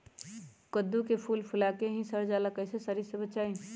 कददु के फूल फुला के ही सर जाला कइसे सरी से बचाई?